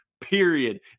period